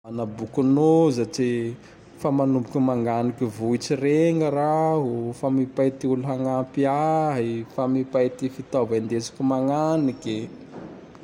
Manabokon'ozatsy; fa manomboky manganiky vihitsy regny raho; fa mipay ty olo hagnampy; fa mipay ty fitaova indesiko magnaniky.